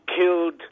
killed